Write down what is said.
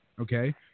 okay